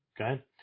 Okay